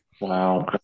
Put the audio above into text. Wow